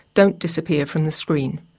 don't disappear from the screen.